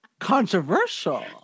Controversial